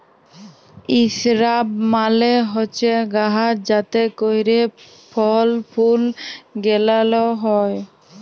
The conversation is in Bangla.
ইসরাব মালে হছে গাহাচ যাতে ক্যইরে ফল ফুল গেলাল হ্যয়